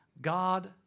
God